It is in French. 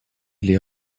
les